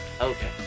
Okay